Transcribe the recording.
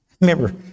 Remember